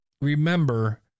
Remember